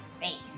face